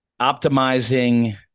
optimizing